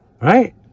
Right